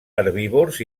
herbívors